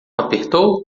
apertou